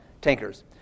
tankers